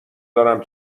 دارم